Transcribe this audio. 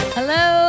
Hello